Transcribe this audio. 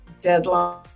deadline